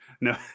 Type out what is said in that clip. No